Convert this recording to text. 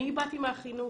אני באתי מהחינוך.